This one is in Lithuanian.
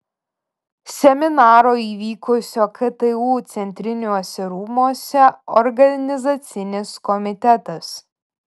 seminaro įvykusio ktu centriniuose rūmuose organizacinis komitetas